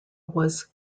was